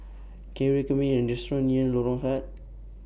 Can YOU recommend Me A Restaurant near Lorong Sahad